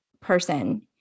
person